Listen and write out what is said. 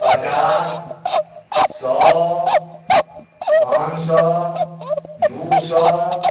पचास सए पाँच सए दू सए